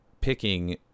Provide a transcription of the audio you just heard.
picking